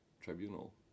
tribunal